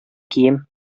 кием